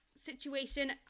situation